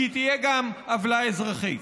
כי היא תהיה גם עוולה אזרחית.